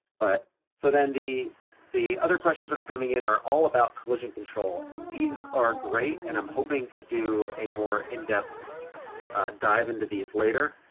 but so then the the other questions that are coming in are all about collision control and these are great. and i'm hoping to do a more in-depth dive into these later.